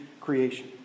creation